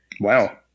wow